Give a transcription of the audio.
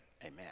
amen